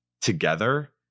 together